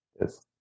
Yes